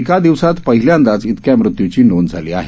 एका दिवसात पहिल्यांदाच इतक्या मृत्यूंची नोंद झाली आहे